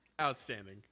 Outstanding